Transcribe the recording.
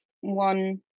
one